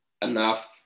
enough